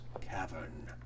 cavern